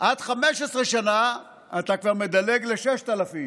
עד 15 שנה אתה כבר מדלג ל-6,000,